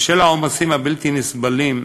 בשל העומסים הבלתי-נסבלים,